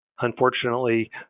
unfortunately